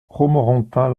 romorantin